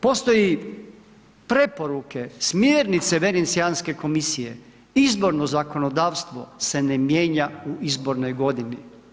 Postoji preporuke, smjernice, venecijanske komisije, izborno zakonodavstvo se ne mijenja u izbornoj godini.